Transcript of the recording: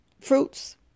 Fruits